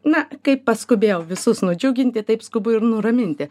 na kaip paskubėjau visus nudžiuginti taip skubu ir nuraminti